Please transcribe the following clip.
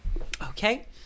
Okay